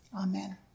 Amen